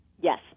Yes